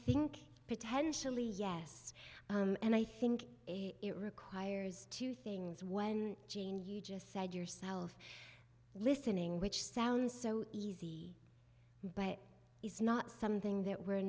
think potentially yes and i think it requires two things when jean you just said yourself listening which sounds so easy but it's not something that we're